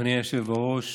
אדוני היושב בראש,